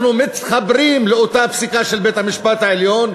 אנחנו מתחברים לאותה פסיקה של בית-המשפט העליון,